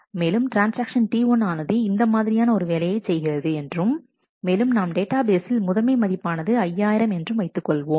மேலும் transaction T1 ஆனது இந்த மாதிரியான ஒரு வேலையை செய்கிறது என்றும் மேலும் நாம் டேட்டாபேஸில் முதன்மை மதிப்பானது 5000 என்றும் வைத்துக் கொள்வோம்